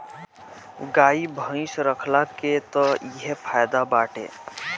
गाई भइस रखला के तअ इहे फायदा बाटे